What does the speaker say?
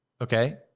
okay